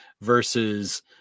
versus